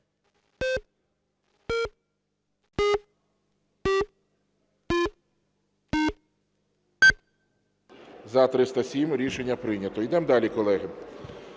За-307 Рішення прийнято. Ідем далі, колеги.